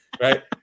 Right